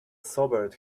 sobered